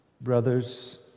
brothers